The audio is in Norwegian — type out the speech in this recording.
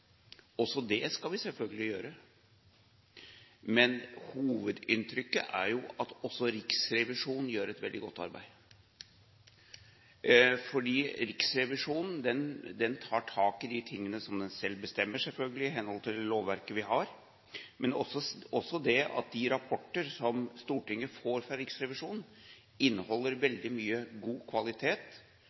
Også det skal vi selvfølgelig gjøre, men hovedinntrykket er at Riksrevisjonen gjør et veldig godt arbeid. Riksrevisjonen tar tak i de tingene som den selv bestemmer, selvfølgelig, i henhold til det lovverket vi har, men også de rapporter som Stortinget får fra Riksrevisjonen, inneholder veldig mye av god kvalitet,